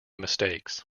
mistakes